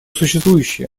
существующее